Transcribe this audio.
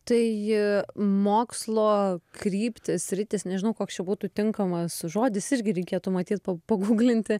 tai mokslo kryptis sritis nežinau koks čia būtų tinkamas žodis irgi reikėtų matyt paguglinti